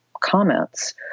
comments